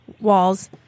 walls